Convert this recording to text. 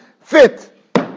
fit